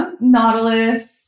Nautilus